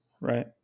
Right